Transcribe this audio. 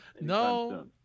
No